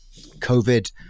COVID